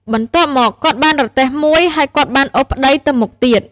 បន្ទាប់មក គាត់បានរទេះមួយ ហើយគាត់បានអូសប្តីទៅមុខទៀត។